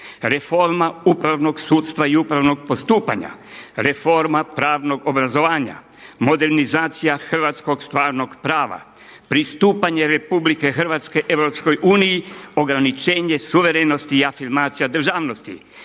„Reforma upravnog sudstva i upravnog postupanja“, „Reforma pravnog obrazovanja“, „Modernizacija hrvatskog stvarnog prava“, „Pristupanje Republike Hrvatske Europskoj uniji“, „Ograničenje suverenosti i afirmacija državnosti“,